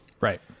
Right